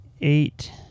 eight